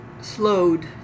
slowed